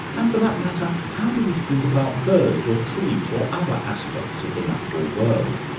and for that matter, how do we think about birds or trees or other aspects of the natural world?